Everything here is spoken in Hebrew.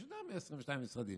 יש יותר מ-22 משרדים.